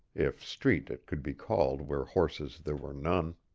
if street it could be called where horses there were none.